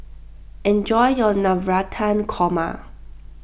enjoy your Navratan Korma